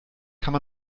kann